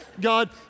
God